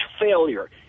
failure